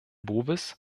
bowis